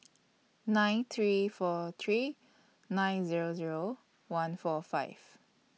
nine three four three nine Zero Zero one four five